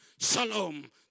Shalom